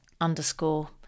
underscore